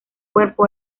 cuerpo